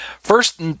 First